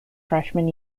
freshman